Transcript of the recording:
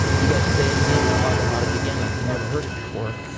you gotta say it again, talk about it again, like you never heard it before